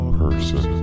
person